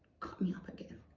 cut me up again.